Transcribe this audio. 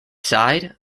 side